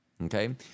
Okay